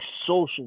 social